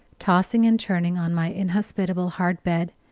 tossing and turning on my inhospitable hard bed,